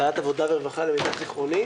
בוועדת העבודה, הרווחה והבריאות, למיטב זכרוני.